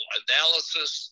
analysis